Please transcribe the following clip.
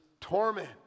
torment